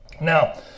Now